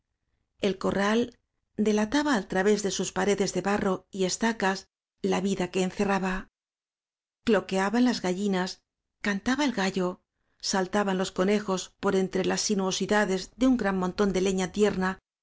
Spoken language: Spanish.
el corral delataba al través de sus paredes de barro y estacas la vida que en cerraba cloqueaban las gallinas cantaba el gallo saltaban los conejos por entre las sinuo sidades de un gran montón de leña tierna